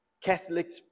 Catholics